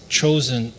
chosen